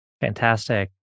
Fantastic